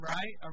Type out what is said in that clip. Right